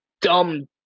dumb